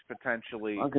potentially